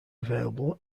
available